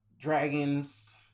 dragons